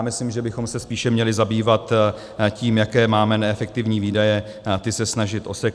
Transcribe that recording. Myslím, že bychom se spíše měli zabývat tím, jaké máme neefektivní výdaje, a ty se snažit osekat.